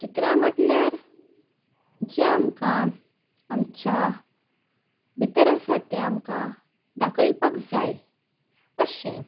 चित्रां म्हटल्यार जें आमकां आमच्या भितर आसा तें आमकां दाखोवपाक जाय अशें